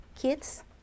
kids